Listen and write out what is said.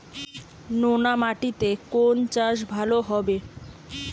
নোনা মাটিতে কোন চাষ ভালো হবে?